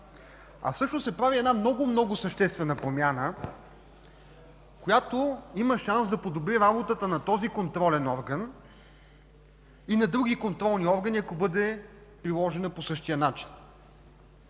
А всъщност се прави една много, много съществена промяна, която има шанс да подобри работата на този контролен орган, и на други контролни органи, ако бъде приложена по същия начин,